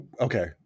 Okay